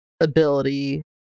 ability